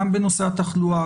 גם בנושא התחלואה,